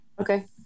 Okay